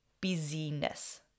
busyness